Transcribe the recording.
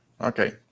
okay